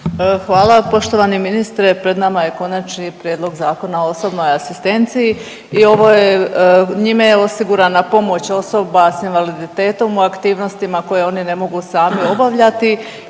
Hvala. Poštovani ministre pred nama je Konačni prijedlog Zakona o osobnoj asistenciji i ovo je, njime je osigurana pomoć osoba s invaliditetom u aktivnostima koje oni ne mogu sami obavljati